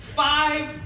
five